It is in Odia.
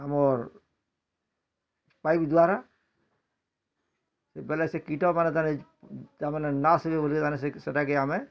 ଆମର୍ ପାଇପ୍ ଦ୍ଵାରା ବେଲେ ସେ କୀଟ୍ ମାନେ ତାର୍ ତା ମାନେ ନାସ୍ ହେଇଯିବ ବୋଲି ମାନେ ସେଟାକେ ଆମେ